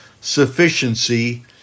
sufficiency